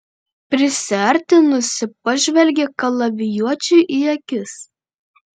prisiartinusi pažvelgė kalavijuočiui į akis